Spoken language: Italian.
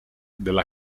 della